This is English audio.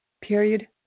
period